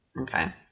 Okay